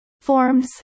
Forms